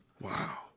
Wow